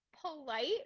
polite